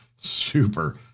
super